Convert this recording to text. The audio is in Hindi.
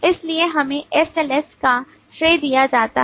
इसलिए हमें SLS का श्रेय दिया जाता है